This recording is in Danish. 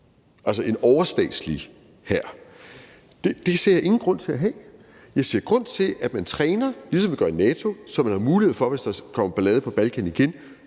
altså en overstatslig hær. Det ser jeg ingen grund til at have. Jeg ser grund til, at man træner – ligesom man gør i NATO – sådan at man, hvis der f.eks. kommer ballade på Balkan igen,